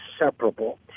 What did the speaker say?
inseparable